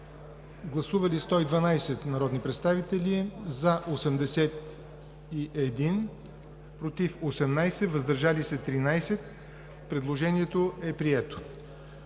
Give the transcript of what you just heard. Гласували 116 народни представители: за 83, против 22, въздържали се 11. Предложението е прието.